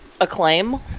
acclaim